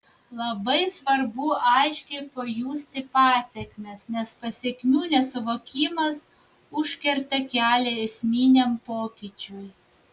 labai svarbu aiškiai pajusti pasekmes nes pasekmių nesuvokimas užkerta kelią esminiam pokyčiui